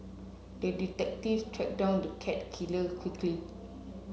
the detective tracked down the cat killer quickly